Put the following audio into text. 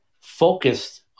focused